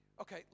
okay